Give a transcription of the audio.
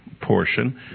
portion